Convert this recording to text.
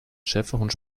schäferhund